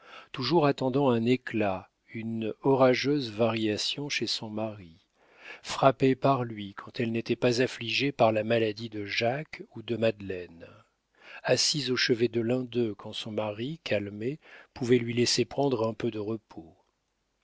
toujours attendant un éclat une orageuse variation d'humeur chez son mari frappée par lui quand elle n'était pas affligée par la maladie de jacques ou de madeleine assise au chevet de l'un d'eux quand son mari calmé pouvait lui laisser prendre un peu de repos